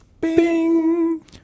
bing